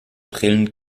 brillen